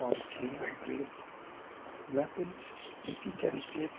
pumpkin bread maple pecan cake